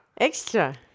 Extra